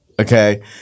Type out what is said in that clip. Okay